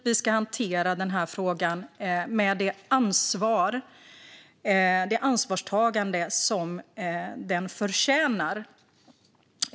Vi ska hantera frågan med det ansvarstagande som den förtjänar.